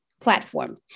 platform